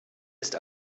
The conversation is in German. ist